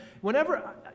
whenever